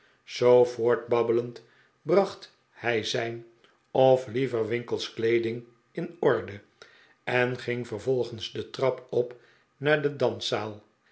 zoo voortbabbelend bracht hij zijn of liever winkle's kleeding in orde en ging vervolgens de trap op naar de danszaal